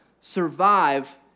survive